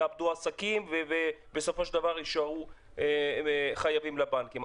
יאבדו עסקים ובספו של דבר יישארו חייבים לבנקים.